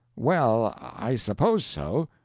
well, i suppose so.